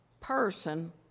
person